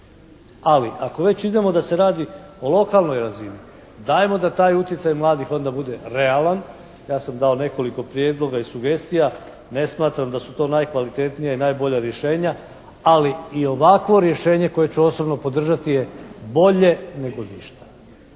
ali ako već idemo da se radi o lokalnoj razini dajmo da taj utjecaj mladih onda bude realan. Ja sam dao nekoliko prijedloga i sugestija, ne smatram da su to najkvalitetnija i najbolja rješenja ali i ovakvo rješenje koje ću osobno podržati je bolje nego ništa.